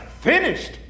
finished